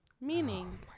Meaning